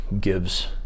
gives